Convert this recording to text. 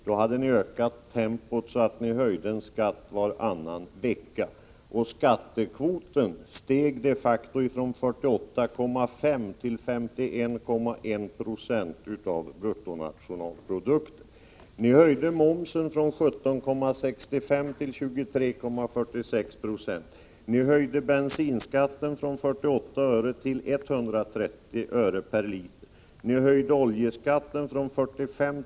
Då hade ni ökat tempot så att ni höjde en skatt varannan vecka. Skattekvoten steg de facto från 48,5 96 till 51,1 26 av bruttonationalprodukten. Ni höjde momsen från 17,65 96 till 23,46 96, ni höjde bensinskatten från 48 öre till 130 öre per liter, ni höjde oljeskatten från 45 kr.